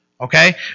okay